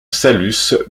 saluces